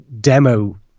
demo